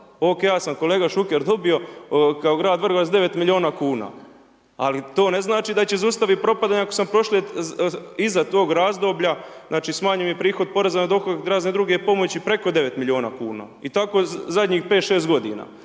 OK, ja sam kolega Šuker, dobio kao grad Vrgorac 9 milijuna kuna, ali to ne znači da će zaustaviti propadanje, ako sam iza tog razdoblja, znači smanji mi prihod poreza na dohodak …/Govornik se ne razumije./… preko 9 milijuna kn i tako zadnjih 5, 6 g.